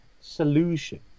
solution